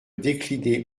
déclinée